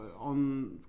on